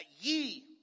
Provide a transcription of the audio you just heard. ye